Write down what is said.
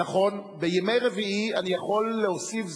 נכון, בימי רביעי אני יכול להוסיף זאת,